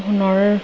সোণৰ